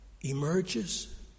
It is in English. emerges